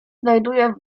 znajduje